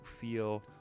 feel